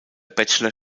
bachelor